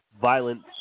violent